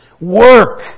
Work